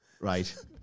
Right